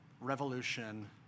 revolution